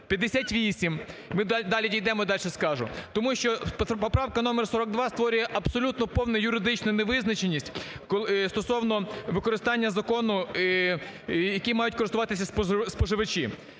58, ми далі дійдемо, і дальше скажу. Тому що поправка номер 42 створює абсолютно повну юридичну невизначеність стосовно використання закону, яким мають користуватися споживачі.